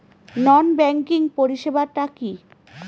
নন banking পরিষেবা টা কি?